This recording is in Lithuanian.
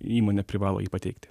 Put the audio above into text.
įmonė privalo jį pateikti